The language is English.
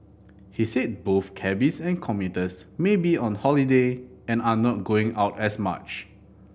he said both cabbies and commuters may be on holiday and are not going out as much